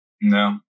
No